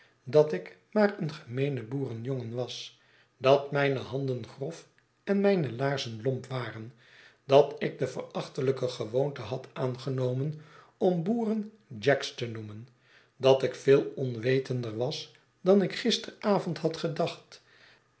dat ik maar een gemeene boerenjongen was dat mijne handen grof en mijne laarzen lomp waren dat ik de verachtelijke gewoonte had aangenomen om de boeren jacks te noemen dat ik veel onwetender was dan ik gisteravond had gedacht